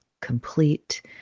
complete